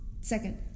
Second